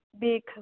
big